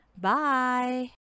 Bye